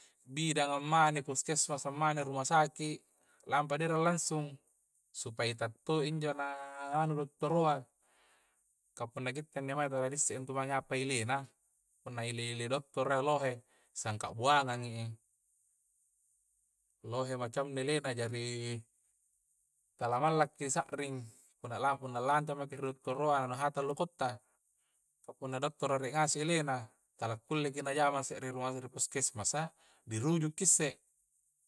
Bidang ammani puskesmas ammani rumah saki' lampa di erang langsung supaya ta itta toi injo na nganu dottoroa kah punna kitte inni maeng tala di essei intu mange i apa ilina punna ili-ili dottoro a lohe sangka buangangi lohe macammi ilena jari tala mallaki sar'ring punna la punna lante maki ri dottoroa nu hatang loko'ta kah punna dottoro rie ngasei ilena talla kulleki na jama se're ruang ri puskesmasa di ruju ki isse